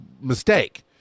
mistake